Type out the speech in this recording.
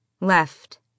Left